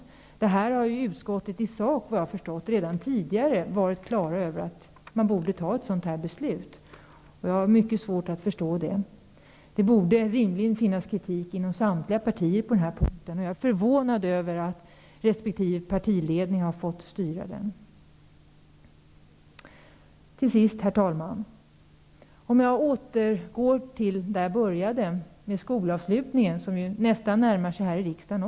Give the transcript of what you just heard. Såvitt jag har förstått har utskottet i sak redan tidigare varit på det klara med att ett sådant beslut borde fattas. Jag har därför mycket svårt att förstå detta. Det borde rimligen finnas kritik inom samtliga partier på denna punkt. Jag är förvånad över att resp. partiledning har fått styra den. Herr talman! Till sist vill jag återgå till det som jag började med, nämligen skolavslutningen som närmar sig även här i riksdagen.